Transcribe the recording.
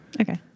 okay